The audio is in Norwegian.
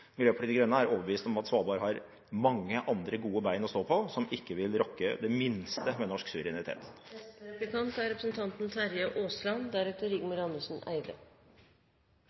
Miljøpartiet De Grønne er overbevist om at Svalbard har mange andre gode bein å stå på som ikke vil rokke det minste ved norsk suverenitet.